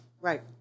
Right